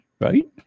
Right